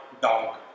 dog